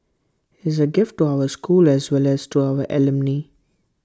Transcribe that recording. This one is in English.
is A gift to our school as well as to our alumni